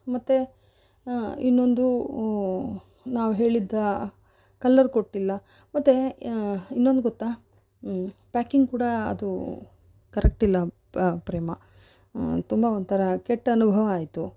ಮತ್ತೆ ಇನ್ನೊಂದು ನಾವು ಹೇಳಿದ್ದ ಕಲ್ಲರ್ ಕೊಟ್ಟಿಲ್ಲ ಮತ್ತೆ ಇನ್ನೊಂದು ಗೊತ್ತಾ ಪ್ಯಾಕಿಂಗ್ ಕೂಡ ಅದು ಕರೆಕ್ಟ್ ಇಲ್ಲ ಪ್ರೇಮ ತುಂಬ ಒಂಥರ ಕೆಟ್ಟ ಅನುಭವ ಆಯಿತು